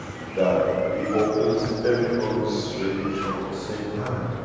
that it opens everyone's radio channels, same time.